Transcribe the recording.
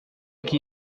que